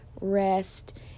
rest